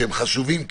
שהם חשובים כן,